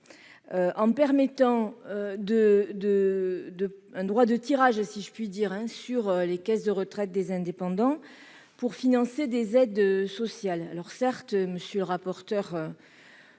en permettant un droit de tirage, si je puis dire, sur les caisses de retraite des indépendants pour financer des aides sociales. Certes, monsieur le rapporteur